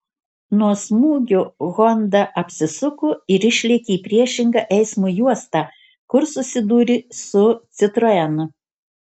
nuo smūgio honda apsisuko ir išlėkė į priešingą eismo juostą kur susidūrė su citroen